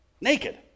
Naked